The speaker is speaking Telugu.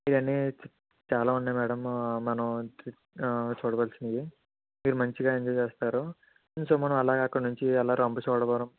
ఇయన్నీ చాలా ఉన్నాయి మేడం మనం చూడవలసినవి మీరు మంచిగా ఎంజాయ్ చేస్తారు సో మనం అలాగా అక్కడ్నుంచి అలా రంపచోడవరం